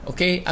Okay